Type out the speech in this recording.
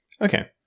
Okay